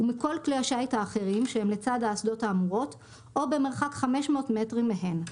ומכל כלי השיט האחרים שהם לצד האסדות האמורות או במרחק 500 מטרים מהן.